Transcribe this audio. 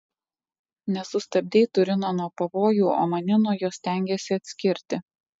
nesustabdei turino nuo pavojų o mane nuo jo stengiesi atskirti